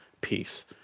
peace